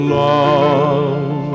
love